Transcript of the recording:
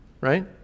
Right